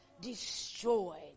destroyed